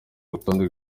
rutonde